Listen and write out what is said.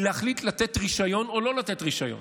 להחליט לתת רישיון או לא לתת רישיון.